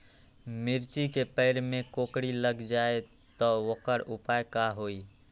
मिर्ची के पेड़ में कोकरी लग जाये त वोकर उपाय का होई?